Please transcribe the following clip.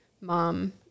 mom